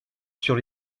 sur